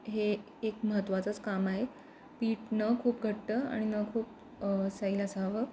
हे एक महत्त्वाचंच काम आहे पीठ ना खूप घट्ट आणि ना खूप सैल असं हवं